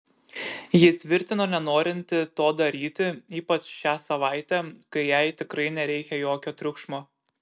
ji tvirtino nenorinti to daryti ypač šią savaitę kai jai tikrai nereikia jokio triukšmo